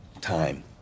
time